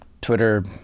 Twitter